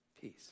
Peace